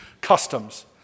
customs